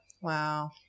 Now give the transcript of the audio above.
Wow